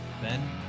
Ben